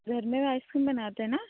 आप घर में आइस क्रीम बनाते हैं ना